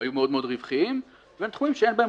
היו מאוד מאוד רווחיים לבין תחומים שאין בהם